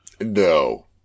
No